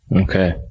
Okay